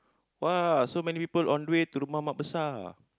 [wah] so many people on the way to the rumah Mak Besar